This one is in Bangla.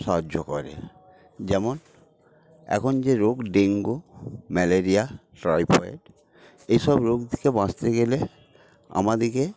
সাহায্য করে যেমন এখন যে রোগ ডেঙ্গু ম্যালেরিয়া টাইফয়েড এইসব রোগ থেকে বাঁচতে গেলে আমাদেরকে